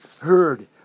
heard